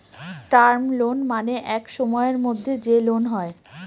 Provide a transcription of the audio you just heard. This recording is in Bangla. টার্ম লোন মানে এক সময়ের মধ্যে যে লোন হয়